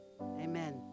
Amen